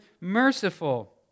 merciful